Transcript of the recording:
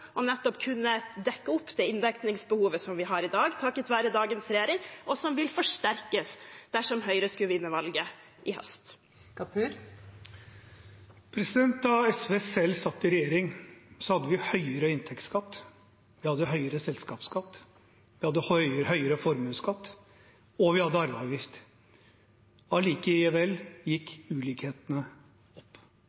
nettopp å kunne dekke opp inndekningsbehovet som vi takket være dagens regjering har i dag, og som vil forsterkes dersom Høyre skulle vinne valget i høst? Da SV satt i regjering, hadde vi høyere inntektsskatt, vi hadde høyere selskapsskatt, vi hadde høyere formuesskatt, og vi hadde arveavgift. Allikevel gikk